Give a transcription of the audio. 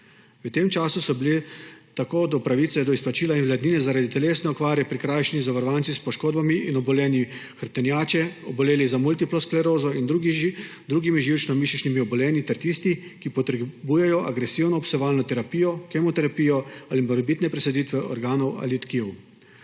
V tem času so bili tako do pravice do izplačila invalidnine zaradi telesne okvare prikrajšani zavarovanci s poškodbami in obolenji hrbtenjače, oboleli za multiplo sklerozo in drugimi živčno-mišičnimi obolenji ter tisti, ki potrebujejo agresivno obsevalno terapijo, kemoterapijo ali morebitne presaditve organov ali tkiv.